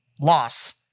loss